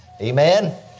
Amen